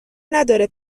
نداره